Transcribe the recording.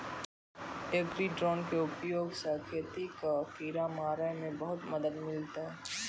agri drone के उपयोग स खेत कॅ किड़ा मारे मॅ बहुते मदद मिलतै